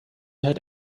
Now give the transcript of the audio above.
had